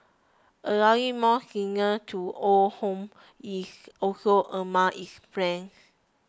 allowing more singles to own homes is also among its plans